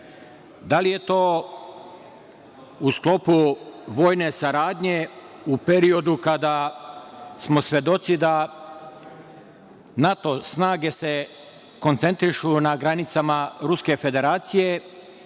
Da li je to u sklopu vojne saradnje u periodu kada smo svedoci da NATO snage se koncentrišu na granicama Ruske Federacije,